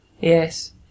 Yes